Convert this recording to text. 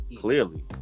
clearly